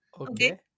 Okay